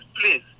please